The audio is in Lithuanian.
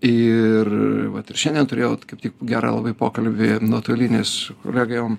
ir vat ir šiandien turėjau vat kaip tik gerą labai pokalbį nuotolinį su kolegėm